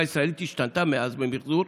הישראלית כבר השתנתה מאז בעניין המחזור.